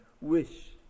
wish